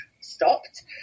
stopped